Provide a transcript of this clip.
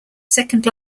second